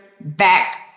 back